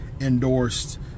endorsed